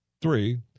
Three